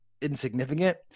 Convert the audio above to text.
insignificant